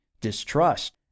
distrust